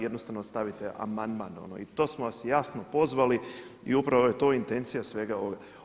Jednostavno stavite amandman i to smo vas jasno pozvali i upravo je to intencija svega ovoga.